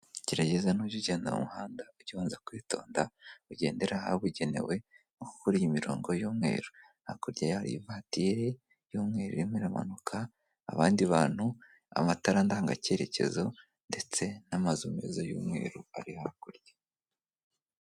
Gerageza nujya ugenda mu muhanda ujye ubanza kwitonda ugendera ahabugenewe nko kuri iyi imirongo y'umweru, hakurya yaho hari ivatiri y'umweru irimo iramanuka, abandi bantu, amatara ndanga cyeyerekezo ndetse n'amazu meza y'umweru ari hakurya.